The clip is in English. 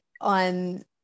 on